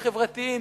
החברתיים,